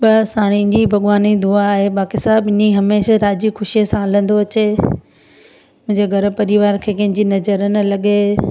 बसि हाणे इहेई भॻवानु जी दुआ आहे बाक़ी सभु ईअं ई राज़ी ख़ुशीअ सां हलंदो अचे मुंहिंजे घर परिवार खे कंहिंजी नज़र न लॻे